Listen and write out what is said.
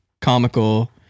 comical